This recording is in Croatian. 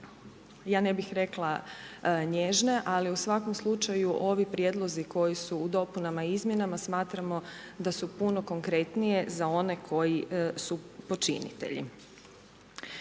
ja ne bih rekla nježne, ali u svakom slučaju ovi prijedlozi koji su u dopunama i izmjenama smatramo da su puno konkretnije za one koji su počinitelji.